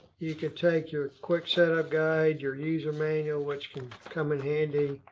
you can take your quick setup guide, your user manual, which can come in handy,